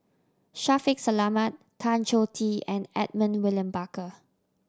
Shaffiq Selamat Tan Choh Tee and Edmund William Barker